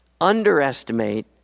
underestimate